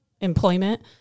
employment